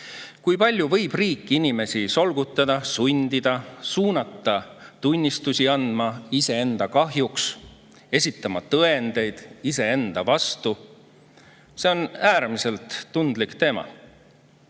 Kui palju võib riik inimesi solgutada, sundida, suunata tunnistusi andma iseenda kahjuks, esitama tõendeid iseenda vastu? See on äärmiselt tundlik teema.